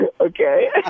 Okay